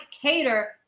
cater